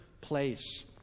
place